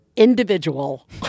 Individual